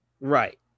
right